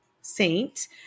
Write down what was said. saint